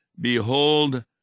Behold